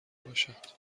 باشد